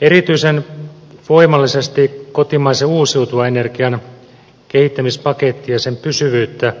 erityisen voimallisesti kotimaisen uusiutuvan energian kehittämispakettia ja sen pysyvyyttä